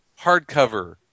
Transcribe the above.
Hardcover